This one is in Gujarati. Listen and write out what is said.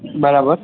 બરાબર